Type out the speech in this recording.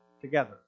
together